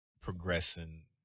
progressing